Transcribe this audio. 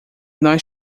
nós